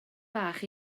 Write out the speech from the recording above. bach